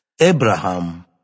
Abraham